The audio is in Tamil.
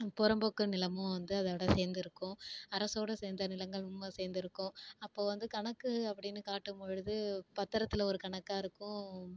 புறம்போக்கு நிலமும் வந்து அதோடு சேர்ந்துருக்கும் அரசோடு சேர்ந்த நிலங்கள் சேர்ந்துருக்கும் அப்போது வந்து கணக்கு அப்படின்னு காட்டும் பொழுது பத்தரத்தில் ஒரு கணக்காகருக்கும்